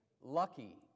Lucky